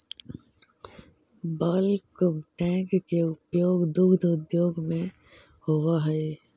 bulk tank के उपयोग दुग्ध उद्योग में होवऽ हई